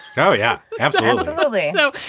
oh, yeah, absolutely. no,